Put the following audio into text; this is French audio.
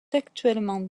actuellement